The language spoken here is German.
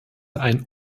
ein